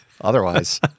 otherwise